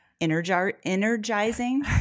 energizing